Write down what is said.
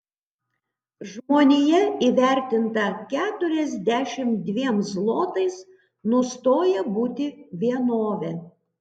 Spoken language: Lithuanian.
žmonija įvertinta keturiasdešimt dviem zlotais nustoja būti vienove